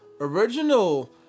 original